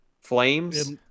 Flames